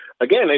again